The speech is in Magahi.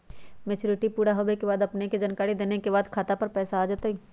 मैच्युरिटी पुरा होवे के बाद अपने के जानकारी देने के बाद खाता पर पैसा आ जतई?